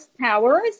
powers